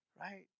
Right